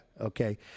okay